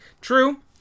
True